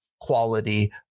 quality